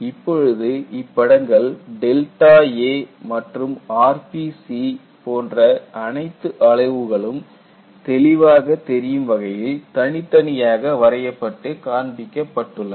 இப்பொழுது இப்படங்கள் Δa மற்றும் rpc போன்ற அனைத்து அளவுகளும் தெளிவாக தெரியும் வகையில் தனித்தனியாக வரையப்பட்டு காண்பிக்கப்பட்டுள்ளன